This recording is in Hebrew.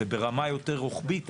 זה ברמה יותר רוחבית,